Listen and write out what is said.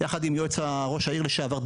ביחד עם יועץ ראש העיר לשעבר,